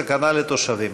סכנה לתושבים.